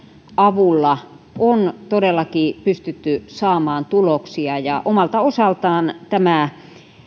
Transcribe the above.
avulla on todellakin pystytty saamaan tuloksia ja omalta osaltaan tämä